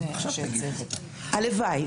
הלוואי.